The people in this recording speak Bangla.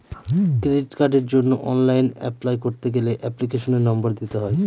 ক্রেডিট কার্ডের জন্য অনলাইন অ্যাপলাই করতে গেলে এপ্লিকেশনের নম্বর দিতে হয়